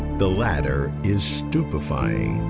the latter is stupefying.